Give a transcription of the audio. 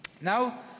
Now